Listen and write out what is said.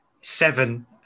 Seven